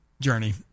journey